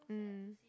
mm